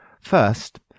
First